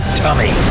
tummy